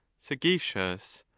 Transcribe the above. sagacious,